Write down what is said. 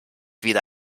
wieder